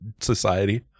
society